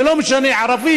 זה לא משנה ערבי,